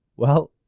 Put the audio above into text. well,